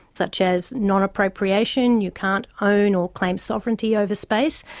such as non-appropriation you can't own or claim sovereignty over space.